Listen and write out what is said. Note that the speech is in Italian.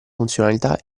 funzionalità